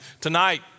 tonight